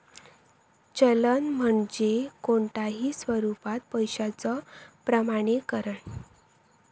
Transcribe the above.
चलन म्हणजे कोणताही स्वरूपात पैशाचो प्रमाणीकरण